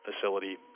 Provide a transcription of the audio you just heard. facility